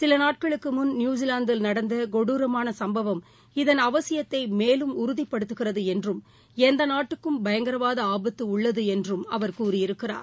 சிலநாட்களுக்குமுன் நியூசிலாந்தில் நடந்தகொடுரமானசம்பவம் இதன் அவசியத்தைமேலும் உறுதிப்படுத்துகிறதுஎன்றும் எந்தநாட்டுக்கும் பயங்கரவாதஆபத்துஉள்ளதுஎன்றும் அவர் கூறயிருக்கிறார்